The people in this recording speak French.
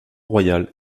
royal